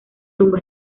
tumba